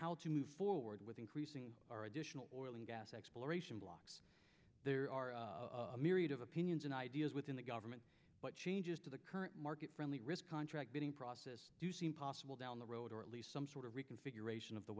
how to move forward with increasing our additional oil and asked exploration blocks there are a myriad of opinions and ideas within the government but changes to the current market friendly risk contract bidding process seem possible down the road or at least some sort of reconfiguration of the